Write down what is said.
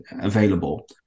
available